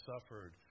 suffered